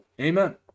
Amen